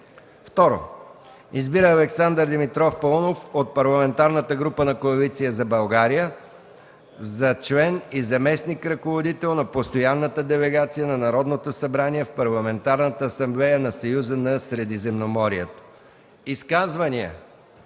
2. Избира Александър Димитров Паунов от Парламентарната група на Коалиция за България за член и заместник-ръководител на Постоянната делегация на Народното събрание в Парламентарната асамблея на Съюза за Средиземноморието.” Изказвания?